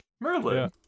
Merlin